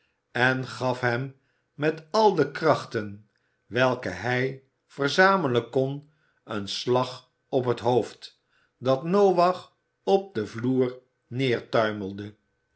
en gaf hem met al de krachten welke hij verzamelen kon een slag op het hoofd dat noach op den vloer neertuimelde